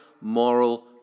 Moral